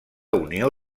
unió